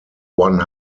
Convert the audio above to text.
one